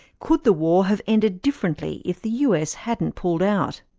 could the war have ended differently if the us hadn't pulled out?